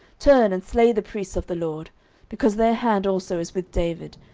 turn, and slay the priests of the lord because their hand also is with david,